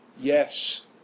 Yes